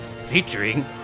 featuring